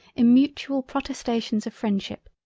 in mutual protestations of freindship,